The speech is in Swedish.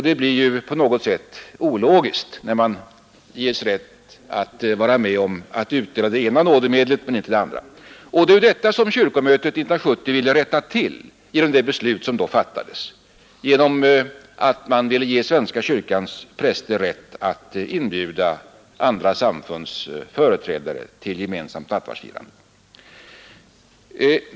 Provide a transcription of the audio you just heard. Det framstår ju på något sätt ologiskt när man ges rätt att vara med om att utdela det ena nådemedlet men inte det andra. Det var detta förhållande som 1970 års kyrkomöte ville rätta till genom det beslut som innebar, att man ville ge svenska kyrkans präster rätt att inbjuda andra samfunds företrädare till gemensamt nattvardsfirande.